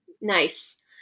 Nice